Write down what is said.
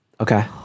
Okay